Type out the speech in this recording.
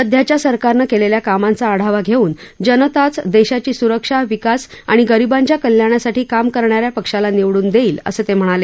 सध्याच्या सरकारनं केलेल्या कामांचा आढावा घेऊन जनताच देशाची सुरक्षा विकास आणि गरीबांच्या कल्याणासाठी काम करणा या पक्षाला निवडून देईल असं ते म्हणाले